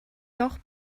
doch